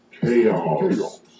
Chaos